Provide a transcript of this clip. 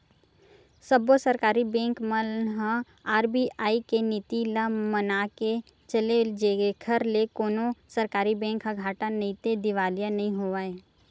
सब्बो सरकारी बेंक मन ह आर.बी.आई के नीति ल मनाके चले जेखर ले कोनो सरकारी बेंक ह घाटा नइते दिवालिया नइ होवय